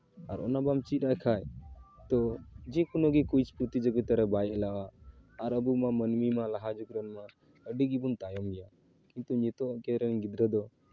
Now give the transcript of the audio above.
ᱟᱨ ᱚᱱᱟ ᱵᱟᱢ ᱪᱮᱫ ᱟᱭ ᱠᱷᱟᱱ ᱛᱳ ᱡᱮᱠᱳᱱᱳ ᱜᱮ ᱠᱩᱭᱤᱡᱽ ᱯᱨᱚᱛᱤᱡᱳᱜᱤᱛᱟ ᱨᱮ ᱵᱟᱭ ᱮᱞᱟᱜᱼᱟ ᱟᱨ ᱟᱵᱚ ᱢᱟ ᱢᱟᱹᱱᱢᱤ ᱢᱟ ᱞᱟᱦᱟ ᱡᱩᱜᱽ ᱨᱮᱱ ᱢᱟ ᱟᱹᱰᱤ ᱜᱮᱵᱚᱱ ᱛᱟᱭᱚᱢ ᱜᱮᱭᱟ ᱠᱤᱱᱛᱩ ᱱᱤᱛᱚᱜ ᱤᱭᱟᱹ ᱨᱮᱱ ᱜᱤᱫᱽᱨᱟᱹ ᱫᱚ